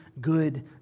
good